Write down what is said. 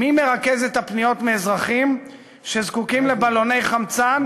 מי מרכז את הפניות מאזרחים שזקוקים לבלוני חמצן,